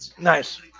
Nice